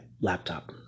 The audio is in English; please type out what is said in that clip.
laptop